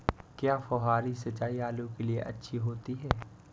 क्या फुहारी सिंचाई आलू के लिए अच्छी होती है?